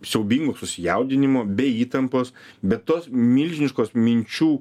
siaubingo susijaudinimo be įtampos be tos milžiniškos minčių